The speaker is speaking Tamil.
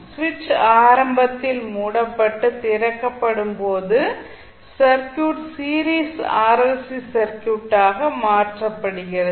சுவிட்ச் ஆரம்பத்தில் மூடப்பட்டு திறக்கப்படும் போது சர்க்யூட் சீரிஸ் RLC சர்க்யூட்டாக மாற்றப்படுகிறது